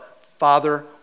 father